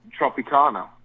Tropicana